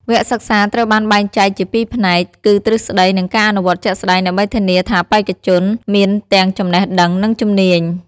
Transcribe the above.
វគ្គសិក្សាត្រូវបានបែងចែកជាពីរផ្នែក គឺទ្រឹស្តី និងការអនុវត្តជាក់ស្តែង ដើម្បីធានាថាបេក្ខជនមានទាំងចំណេះដឹង និងជំនាញ។